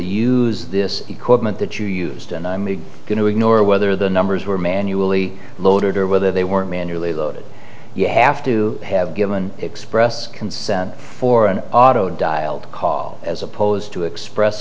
use this equipment that you used and i'm going to ignore whether the numbers were manually loaded or whether they were manually loaded you have to have given express consent for an auto dialed call as opposed to express